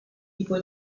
tipo